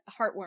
heartwarming